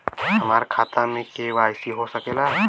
हमार खाता में के.वाइ.सी हो सकेला?